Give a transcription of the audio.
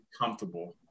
comfortable